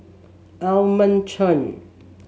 Edmund Chen